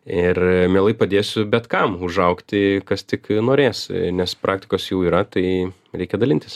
ir mielai padėsiu bet kam užaugti kas tik norės nes praktikos jų yra tai reikia dalintis